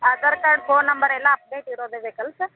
Aadhaar card phone number ಎಲ್ಲ update ಇರೋದೇ ಬೇಕಲ್ವ ಸರ್